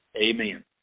Amen